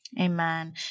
Amen